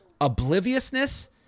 obliviousness